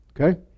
Okay